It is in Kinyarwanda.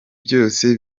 byose